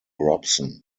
robson